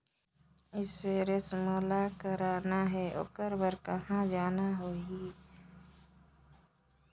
Insurance मोला कराना हे ओकर बार कहा जाना होही?